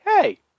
hey